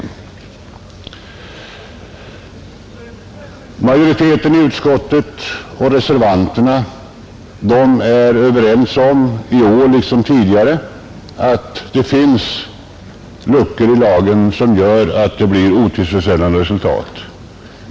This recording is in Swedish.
Utskottsmajoriteten och reservanterna är överens om, i år liksom tidigare, att det finns luckor i lagen som leder till otillfredsställande resultat.